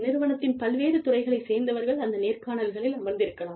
நிறுவனத்தின் பல்வேறு துறைகளைச் சேர்ந்தவர்கள் அந்த நேர்காணல்களில் அமர்ந்திருக்கலாம்